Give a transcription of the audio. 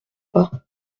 pas